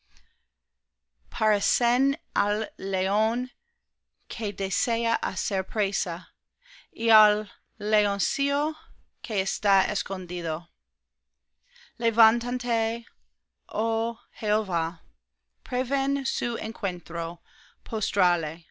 parecen al león que desea hacer presa y al leoncillo que está escondido levántate oh jehová prevén su encuentro